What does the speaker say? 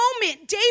David